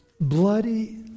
bloody